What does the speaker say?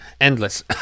Endless